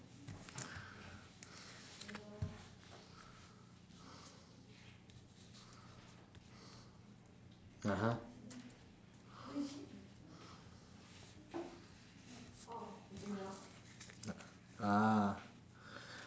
(uh huh) ah